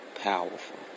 powerful